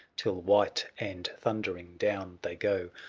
till white and thundering down they go,